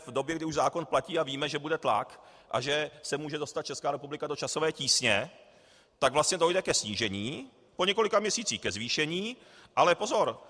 V době, kdy už zákon platí a víme, že bude tlak a že se může dostat Česká republika do časové tísně, dojde vlastně ke snížení, po několika měsících ke zvýšení, ale pozor!